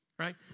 right